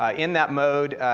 ah in that mode,